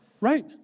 Right